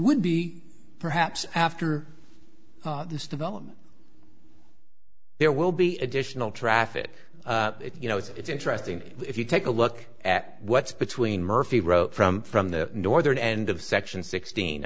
would be perhaps after this development there will be additional traffic you know it's interesting if you take a look at what's between murphy wrote from from the northern end of section sixteen